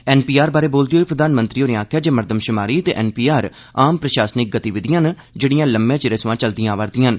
NPR बारै बोलदे होई प्रधानमंत्री होरें आक्खेआ जे मर्दमशुमारी ते एनपीआर आम प्रशासनिक गतिविधियां न जेड़ियां लम्में चिरै सवां चलदियां आवा'रदियां न